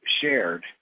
shared